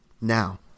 Now